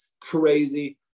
crazy